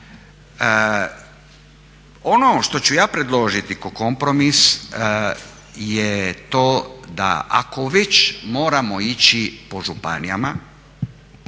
Ono što ću ja predložiti ko kompromis je to da ako već moramo ići po županijama,